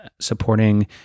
supporting